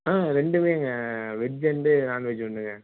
ஆ ரெண்டுமேங்க veg and non veg உண்டுங்க